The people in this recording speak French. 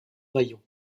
vaillant